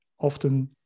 often